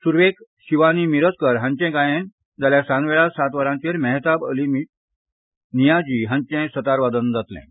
सुरवेक शिवानी मिरजकार हांचें गायन जाल्यार सांजवेळा सात वरांचेर मेहताब आनी निमाजी हांचे सतार वादन जातलें